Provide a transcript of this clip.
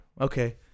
Okay